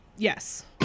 Yes